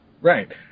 Right